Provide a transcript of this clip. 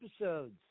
episodes